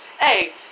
hey